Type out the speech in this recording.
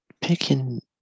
picking